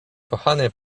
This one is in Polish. kochany